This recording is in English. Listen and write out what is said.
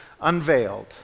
Unveiled